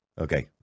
Okay